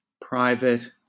private